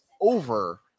over